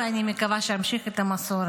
ואני מקווה שאמשיך את המסורת